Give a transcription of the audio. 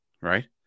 right